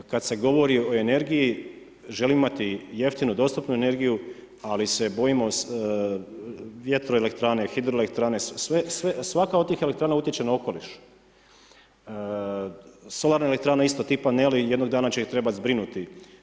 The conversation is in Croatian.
Kada se govori o energiji, želimo imati jeftinu dostupnu energiju, ali se bojimo vjetroelektrane, hidroelektrane, svaka od tih elektrana utječe na okoliš, solarna elektrana isto ti paneli jednog dana će ih trebati zbrinuti.